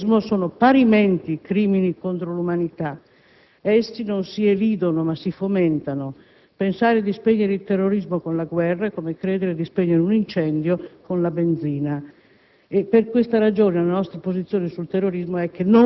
guerra di ritorsione o di aggressione e terrorismo sono parimenti crimini contro l'umanità. Essi non si elidono ma si fomentano. Pensare di spegnere il terrorismo con la guerra è come credere di spegnere un incendio con la benzina.